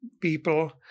people